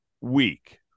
week